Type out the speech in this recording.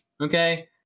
Okay